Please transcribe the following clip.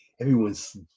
Everyone's